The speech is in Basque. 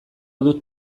dut